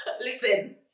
Listen